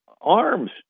arms